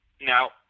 Now